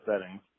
settings